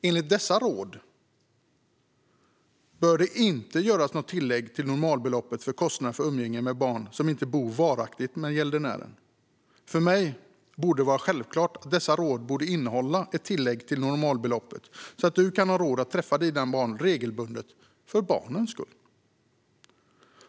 Enligt dessa råd bör det inte göras något tillägg till normalbeloppet för kostnader för umgänge med barn som inte bor varaktigt med gäldenären. För mig borde det vara självklart att dessa råd borde innehålla ett tillägg till normalbeloppet så att du kan ha råd att träffa dina barn regelbundet för barnens skull.